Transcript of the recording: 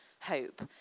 hope